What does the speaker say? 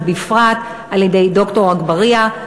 ובפרט על-ידי ד"ר אגבאריה: